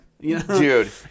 Dude